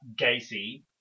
Gacy